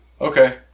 Okay